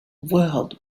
world